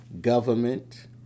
government